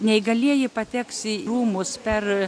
neįgalieji pateks į rūmus per